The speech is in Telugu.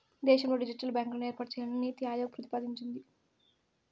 దేశంలో డిజిటల్ బ్యాంకులను ఏర్పాటు చేయాలని నీతి ఆయోగ్ ప్రతిపాదించింది